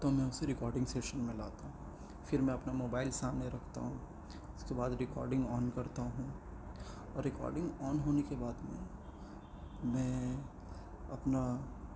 تو میں اسے ریکارڈنگ سیشن میں لاتا ہوں پھر میں اپنا موبائل سامنے رکھتا ہوں اس کے بعد ریکارڈنگ آن کرتا ہوں اور ریکارڈنگ آن ہونے کے بعد میں میں اپنا